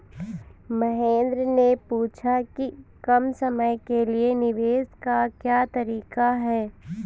महेन्द्र ने पूछा कि कम समय के लिए निवेश का क्या तरीका है?